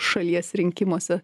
šalies rinkimuose